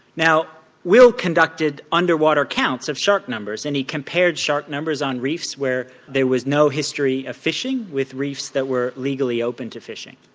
now will conducted underwater counts of shark numbers and he compared shark numbers on reefs where there was no history of fishing with reefs that were legally open to fishing,